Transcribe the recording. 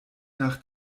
nach